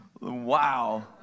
Wow